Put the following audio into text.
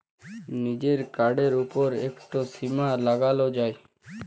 লিজের কাড়ের উপর ইকট সীমা লাগালো যায়